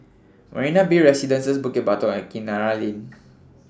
Marina Bay Residences Bukit Batok and Kinara Lane